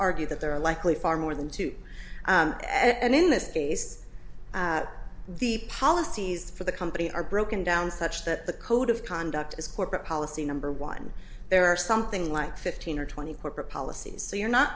argue that there are likely far more than two and in this case the policies for the company are broken down such that the code of conduct as corporate policy number one there are something like fifteen or twenty corporate policies so you're not